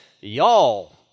y'all